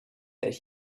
that